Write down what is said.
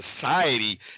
society